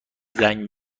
زنگ